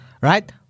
Right